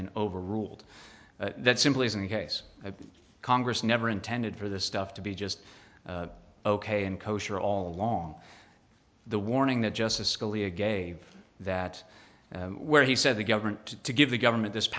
been overruled that simply isn't the case of congress never intended for this stuff to be just ok and kosher all along the warning that justice scalia gave that where he said the government to give the government this